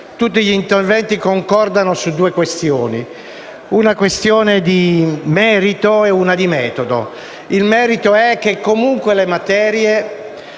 tutti gli interventi concordino su due questioni: una di merito e l'altra di metodo. Il merito è che comunque le materie